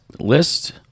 list